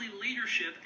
leadership